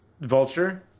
Vulture